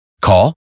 Call